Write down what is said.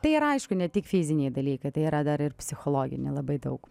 tai yra aišku ne tik fiziniai dalykai tai yra dar ir psichologiniai labai daug